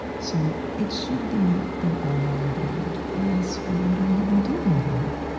so it should be that all are invited, or else what are we even doing here?